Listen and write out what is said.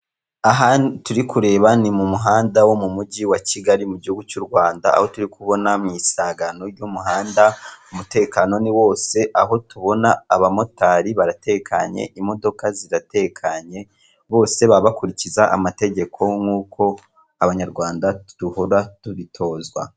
Aha turi kureba ni mu muhanda wo mu mujyi wa Kigali mu gihugu cy'u Rwanda, aho turi kubona mu isagano ry'umuhanda umutekano ni wose, aho tubona abamotari baratekanye, imodoka ziratekanye, bose baba bakurikiza amategeko nk'uko abanyarwanda duhora tubitozwa.